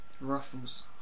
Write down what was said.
Ruffles